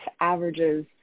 averages